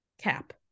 Cap